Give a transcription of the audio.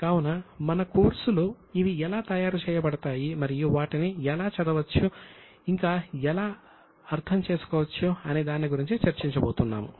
కావున మన కోర్సులో ఇవి ఎలా తయారు చేయబడతాయి మరియు వాటిని ఎలా చదవవచ్చు ఇంకా ఎలా అర్థం చేసుకోవచ్చు అనే దాని గురించి చర్చించబోతున్నాము